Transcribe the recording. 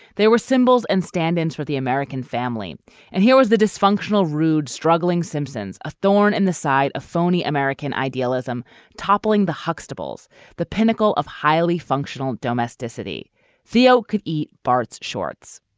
there were symbols and stand ins for the american family and here was the dysfunctional rude struggling simpsons a thorn in the side a phony american idealism toppling the huxtables the pinnacle of highly functional domesticity theo could eat bart's shorts